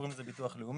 קוראים לזה ביטוח לאומי.